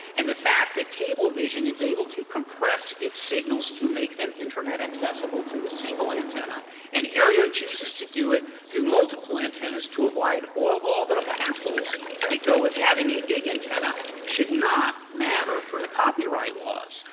and the fact that cablevision is able to compress its signals to make them internet-accessible through a single antenna and aereo chooses to do it through multiple antennas to avoid all all the hassles that go with having a big antenna should not matter for the copyright laws.